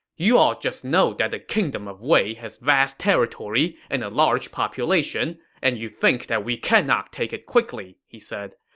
you all just know that the kingdom of wei has vast territory and a large population and you think that we cannot take it quickly, he said.